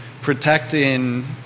protecting